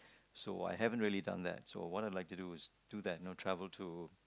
so I really haven't really done that so what I to do is do that you know travel to